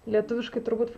lietuviškai turbūt